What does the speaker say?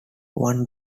one